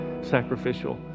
sacrificial